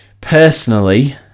Personally